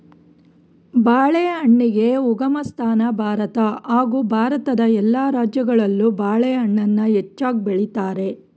ಬಾಳೆಹಣ್ಣಿಗೆ ಉಗಮಸ್ಥಾನ ಭಾರತ ಹಾಗೂ ಭಾರತದ ಎಲ್ಲ ರಾಜ್ಯಗಳಲ್ಲೂ ಬಾಳೆಹಣ್ಣನ್ನ ಹೆಚ್ಚಾಗ್ ಬೆಳಿತಾರೆ